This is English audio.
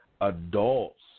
adults